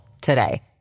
today